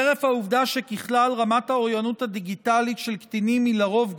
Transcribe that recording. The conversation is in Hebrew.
חרף העובדה שככלל רמת האוריינות הדיגיטלית של קטינים היא לרוב גבוהה,